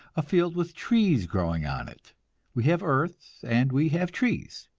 a field with trees growing on it we have earth, and we have trees,